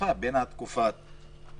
חפיפה בין התקופות שבחוק,